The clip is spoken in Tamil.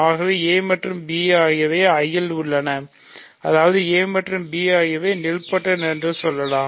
ஆகவே a மற்றும் b ஆகியவை I இல் உள்ளன அதாவது a மற்றும் b ஆகியவை நீல்பொடென்ட் என்று சொல்லலாம்